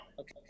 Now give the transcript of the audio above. okay